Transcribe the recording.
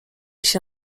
się